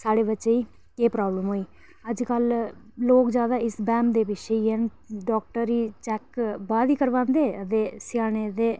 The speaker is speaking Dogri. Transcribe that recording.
की साढ़े बच्चे गी एह् प्रॉब्लम होई अज्जकल लोग जादै इस बैह्म दे पिच्छे ई हैन डाक्टर गी चैक बाद ई करांदे स्याने गी पैह्लें